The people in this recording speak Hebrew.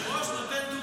היושב-ראש נותן דוגמה.